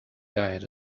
diet